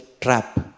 trap